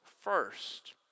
first